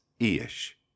E-ish